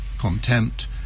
contempt